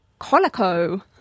Colico